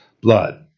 blood